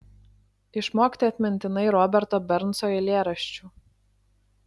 išmokti atmintinai roberto bernso eilėraščių